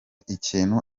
ikintu